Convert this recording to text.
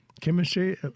Chemistry